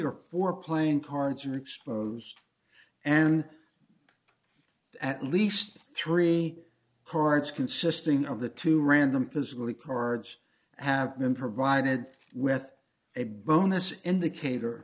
your poor playing cards are exposed and at least three cards consisting of the two random physically cards have been provided with a bonus indicator